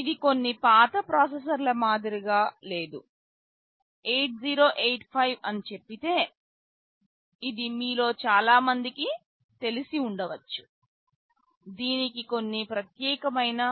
ఇది కొన్ని పాత ప్రాసెసర్ల మాదిరిగా లేదు 8085 అని చెప్పితే ఇది మీలో చాలామందికి తెలిసి ఉండవచ్చు దీనికి కొన్ని ప్రత్యేకమైన